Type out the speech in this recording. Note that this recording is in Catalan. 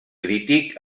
crític